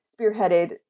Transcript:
spearheaded